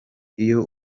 iyo